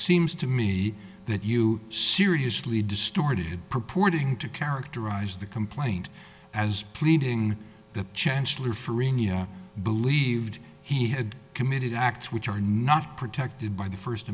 seems to me that you seriously distorted purporting to characterize the complaint as pleading that chancellor freemium believed he had committed acts which are not protected by the first